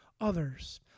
others